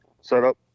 setup